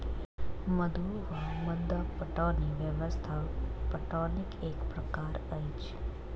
मद्दु वा मद्दा पटौनी व्यवस्था पटौनीक एक प्रकार अछि